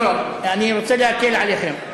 לא, לא, אני רוצה להקל עליכם.